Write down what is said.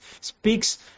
speaks